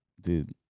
dude